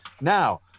Now